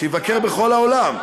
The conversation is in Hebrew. שיבקר בכל העולם,